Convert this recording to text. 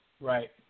right